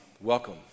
Welcome